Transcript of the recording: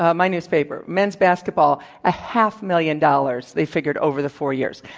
ah my newspaper, men's basketball a half million dollars, they figure, over the four years.